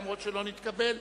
אף-על-פי שלא נתקבל.